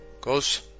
goes